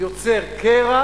זה יוצר קרע,